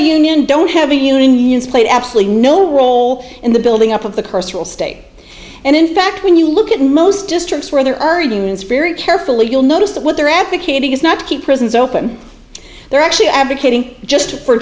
a union don't have the unions played absolutely no role in the building up of the cursor state and in fact when you look at most districts where there are unions very carefully you'll notice that what they're advocating is not to keep prisons open they're actually advocating just for